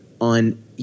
on